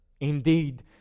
Indeed